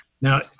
Now